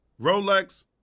Rolex